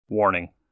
Warning